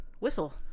whistle